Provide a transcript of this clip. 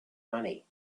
money